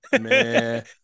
Man